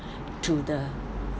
to the